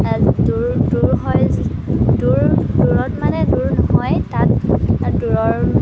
দূৰ দূৰ হয় দূৰ দূৰত মানে দূৰ নহয় তাত দূৰৰ